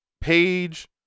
page